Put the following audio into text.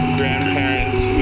grandparents